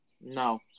No